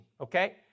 okay